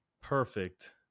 perfect